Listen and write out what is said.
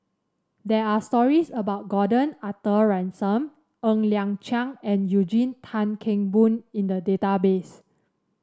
there are stories about Gordon Arthur Ransome Ng Liang Chiang and Eugene Tan Kheng Boon in the database